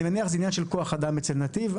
אני מניח שזה עניין של כוח אדם אצל נתיב.